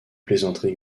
plaisanteries